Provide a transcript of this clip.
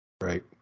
Right